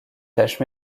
tâches